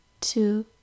two